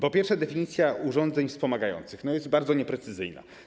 Po pierwsze, definicja urządzeń wspomagających jest bardzo nieprecyzyjna.